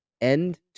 end